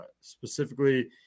specifically